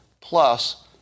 Plus